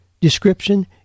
description